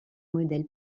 modèle